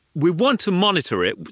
we want to monitor it,